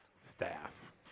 Staff